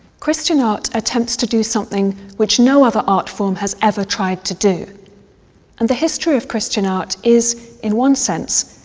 christian art attempts to do something which no other art form has ever tried to do and the history of christian art is, in one sense,